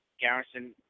Garrison